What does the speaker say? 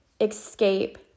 Escape